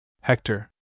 Hector